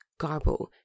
Garbo